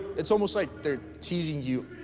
it's almost like they're teasing you,